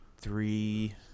three